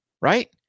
right